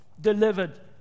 delivered